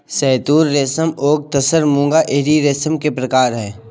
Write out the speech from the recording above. शहतूत रेशम ओक तसर मूंगा एरी रेशम के प्रकार है